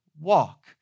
walk